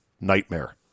nightmare